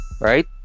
Right